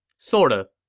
sort of.